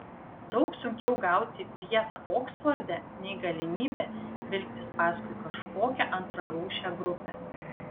daug sunkiau gauti vietą oksforde nei galimybę vilktis paskui kažkokią antrarūšę grupę